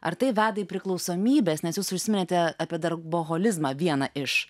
ar tai veda į priklausomybes nes jūs užsiminėte apie darbo holizmą vieną iš